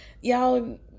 y'all